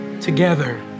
together